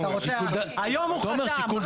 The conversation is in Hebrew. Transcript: היום הוא חתם,